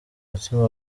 mutima